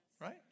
right